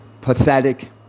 pathetic